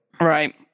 right